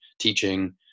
teaching